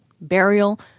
burial